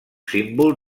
símbol